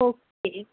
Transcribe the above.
okay